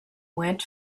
went